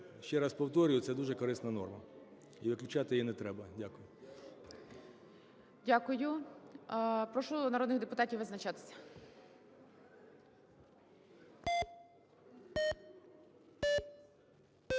ще раз повторюю, це дуже корисна норма і виключати її не треба. Дякую. ГОЛОВУЮЧИЙ. Дякую. Прошу народних депутатів визначатися.